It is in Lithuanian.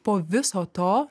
po viso to